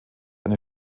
eine